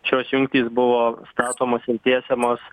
šios jungtys buvo statomos ir tiesiamos